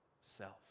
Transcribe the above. self